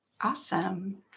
Awesome